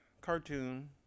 cartoon